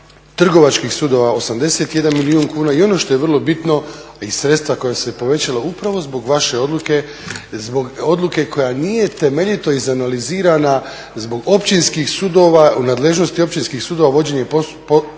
trgovačkih sudova 81 milijun kuna i ono što je vrlo bitno a i sredstva koja su se povećala upravo zbog vaše odluke, zbog odluke koja nije temeljito izanalizirana zbog općinskih sudova, u nadležnosti općinskih sudova vođenje sudskih